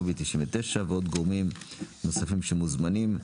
לובי 99 ועוד גורמים נוספים שמוזמנים.